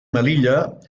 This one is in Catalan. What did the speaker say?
melilla